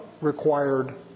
required